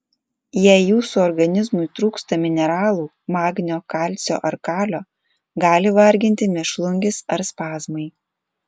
jei jūsų organizmui trūksta mineralų magnio kalcio ar kalio gali varginti mėšlungis ar spazmai